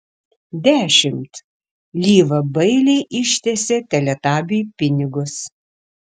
dešimt lyva bailiai ištiesė teletabiui pinigus